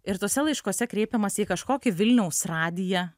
ir tuose laiškuose kreipiamasi į kažkokį vilniaus radiją